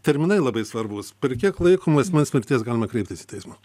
terminai labai svarbūs per kiek laiko nuo asmens mirties galima kreiptis į teismą